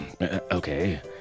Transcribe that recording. okay